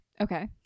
Okay